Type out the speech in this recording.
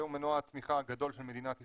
זהו מנוע הצמיחה הגדול של מדינת ישראל.